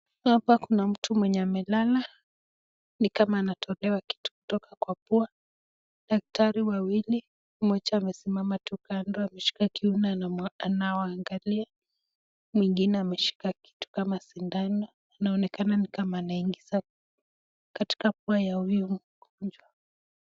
Hapa kuna mtu amelala ni kama anatolewa kitu kutoka kwa pua. Madaktari wawili, mmoja amesimama tu kando ameshika kiuno anawaangalia. Mwingine ameshika kitu kama sindano, inaonekana ni kama anaiingiza katika pua ya huyu mgonjwa.